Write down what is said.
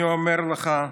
אני אומר לך,